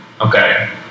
Okay